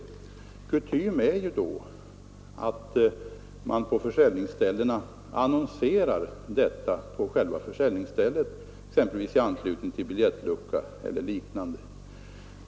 Kutym är då att man på själva försäljningsställena annonserar detta i anslutning till biljettlucka eller liknande.